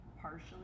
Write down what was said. partially